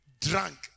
drunk